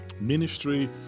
ministry